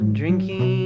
drinking